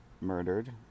murdered